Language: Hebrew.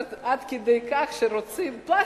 כלומר, עד כדי כך רוצים לשים פלסטיק,